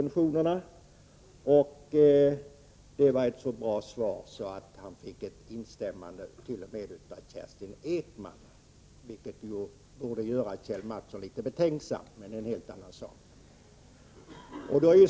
Kerstin Ekman tyckte att det var ett så bra svar att hon t.o.m. instämde i det. Det borde göra Kjell Mattsson litet betänksam, men det är en helt annan sak.